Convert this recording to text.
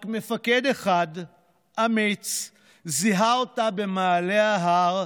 רק מפקד אחד אמיץ זיהה אותה במעלה ההר,